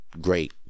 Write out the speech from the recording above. Great